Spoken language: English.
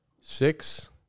six